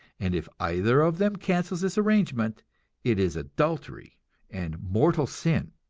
and if either of them cancels this arrangement it is adultery and mortal sin.